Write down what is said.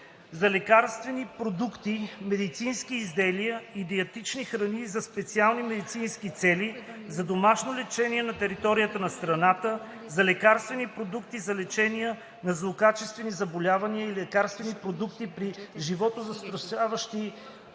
за лекарствени продукти, медицински изделия и диетични храни за специални медицински цели за домашно лечение на територията на страната, за лекарствени продукти за лечение на злокачествени заболявания и лекарствени продукти при животозастрашаващи